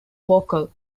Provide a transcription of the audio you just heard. vocal